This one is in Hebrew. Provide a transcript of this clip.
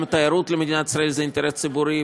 תיירות למדינת ישראל זה אינטרס ציבורי,